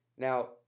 Now